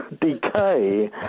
decay